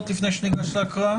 בקשה לפי תקנה 2, "מבקש"